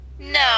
No